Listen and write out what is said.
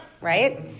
right